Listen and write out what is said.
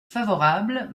favorable